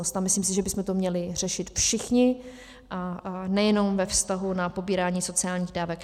A myslím, že bychom to měli řešit všichni a nejenom ve vztahu na pobírání sociálních dávek.